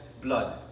blood